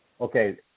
Okay